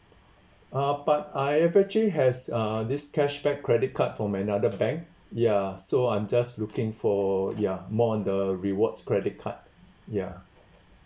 ah but I have actually has uh this cashback credit card from another bank ya so I'm just looking for ya more on the rewards credit card ya